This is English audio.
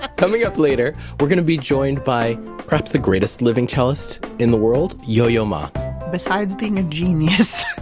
coming up later we're going to be joined by perhaps the greatest living cellist in the world. yo yo ma besides being a genius,